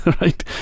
right